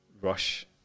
rush